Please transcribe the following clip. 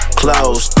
close